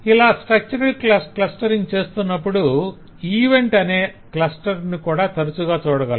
ఇలా structural clustering చేస్తునప్పుడు event అనే క్లస్టర్స్ ను కూడా తరచుగా చూడగలం